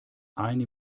eine